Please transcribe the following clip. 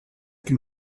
can